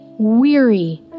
weary